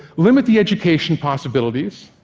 limit the education possibilities,